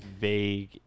vague